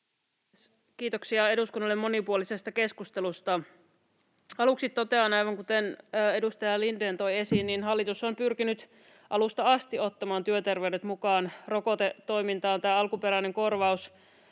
Kiitoksia eduskunnalle monipuolisesta keskustelusta. Aluksi totean, aivan kuten edustaja Lindén toi esiin, että hallitus on pyrkinyt alusta asti ottamaan työterveydet mukaan rokotetoimintaan. Alkuperäinen